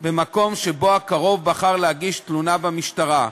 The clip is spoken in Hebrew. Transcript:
במקום שבו הקרוב בחר להגיש תלונה במשטרה,